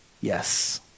Yes